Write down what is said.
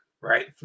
right